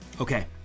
Okay